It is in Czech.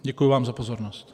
Děkuji vám za pozornost.